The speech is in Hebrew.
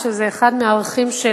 שזה אחד מהערכים של